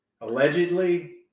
Allegedly